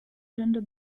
gender